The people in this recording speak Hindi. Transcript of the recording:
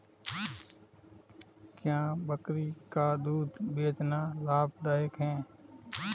क्या बकरी का दूध बेचना लाभदायक है?